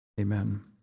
Amen